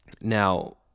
now